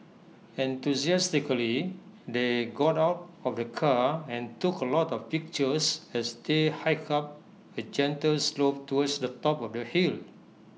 enthusiastically they got out of of the car and took A lot of pictures as they hiked up A gentle slope towards the top of the hill